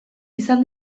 izan